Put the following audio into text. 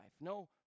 No